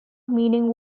meaning